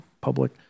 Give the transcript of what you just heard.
public